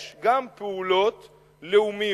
יש גם פעולות לאומיות,